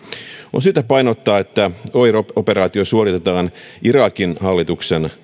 on syytä painottaa että oir operaatio suoritetaan irakin hallituksen